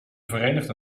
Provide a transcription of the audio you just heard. verenigde